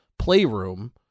playroom